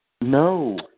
No